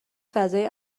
فضای